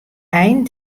ein